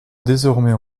désormais